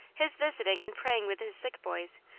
his visiting and praying with his sick boys,